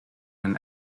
and